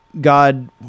God